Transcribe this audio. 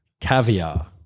caviar